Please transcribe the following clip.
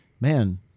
man